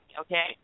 okay